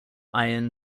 iron